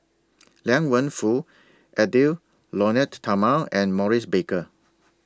Liang Wenfu Edwy Lyonet Talma and Maurice Baker